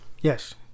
Yes